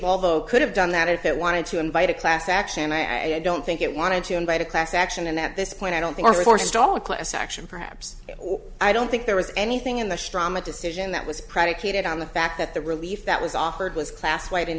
ball though could have done that if it wanted to invite a class action i don't think it wanted to invite a class action and at this point i don't think forestall a class action perhaps i don't think there was anything in the strawman decision that was predicated on the fact that the relief that was offered was class white in